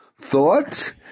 thought